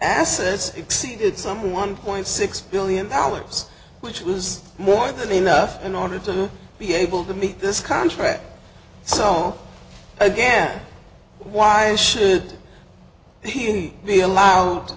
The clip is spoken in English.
asses exceeded some one point six billion dollars which was more than enough in order to be able to meet this contract so again why should i he'd be allowed